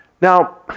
Now